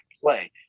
play